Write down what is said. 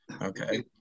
Okay